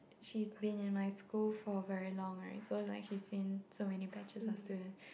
she's been in my school for very long right so it's like she's in so many batches of students